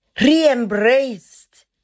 re-embraced